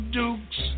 dukes